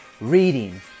Reading